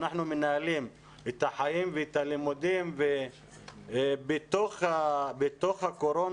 אנחנו מנהלים את החיים ואת הלימודים בתוך הקורונה,